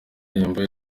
ndirimbo